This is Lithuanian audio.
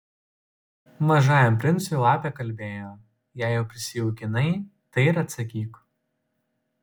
mažajam princui lapė kalbėjo jei jau prisijaukinai tai ir atsakyk